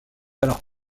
alors